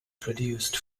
produced